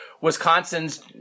Wisconsin's